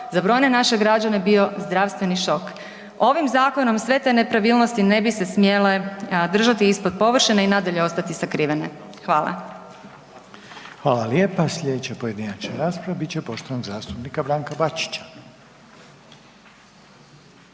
za brojne naše građane bio zdravstveni šok. Ovim zakonom sve te nepravilnosti ne bi se smjele držati ispod površine i nadalje ostati sakrivene. Hvala. **Reiner, Željko (HDZ)** Hvala lijepa. Slijedeća pojedinačna rasprava bit će poštovanog zastupnika Branka Bačića.